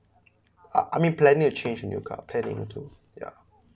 I I mean planning to change to new car planning to ya